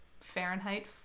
Fahrenheit